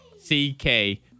C-K